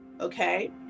okay